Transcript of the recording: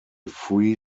free